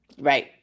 Right